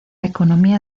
economía